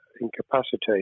incapacitated